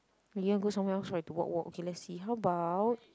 oh you want to go somewhere else right to walk walk okay let's see how about